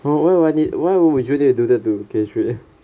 wh~ why why need why would you need to do that to graduate leh